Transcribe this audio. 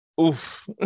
Oof